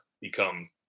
become